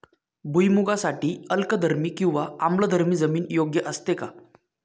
भुईमूगासाठी अल्कधर्मी किंवा आम्लधर्मी जमीन योग्य असते का?